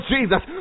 Jesus